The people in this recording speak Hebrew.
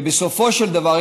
ובסופו של דבר,